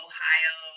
Ohio